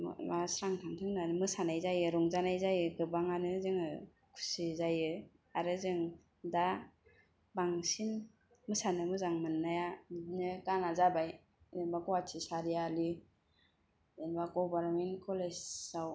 मा स्रां थांथों होनना मोसानाय जायो रंजानाय जायो गोबाङानो जोङो खुसि जायो आरो जों दा बांसिन मोसानो मोजां मोननाया बिदिनो गाना जाबाय जेनेबा गुवाहाटि सारियालि जेनेबा गभरमेन्ट कलेजाव